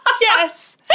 Yes